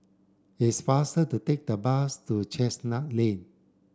it's faster to take the bus to Chestnut Lane